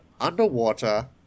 underwater